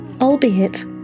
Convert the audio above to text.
albeit